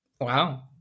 Wow